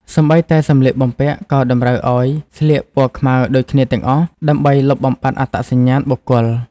សូម្បីតែសម្លៀកបំពាក់ ក៏តម្រូវឱ្យស្លៀកពណ៌ខ្មៅដូចគ្នាទាំងអស់ ដើម្បីលុបបំបាត់អត្តសញ្ញាណបុគ្គល។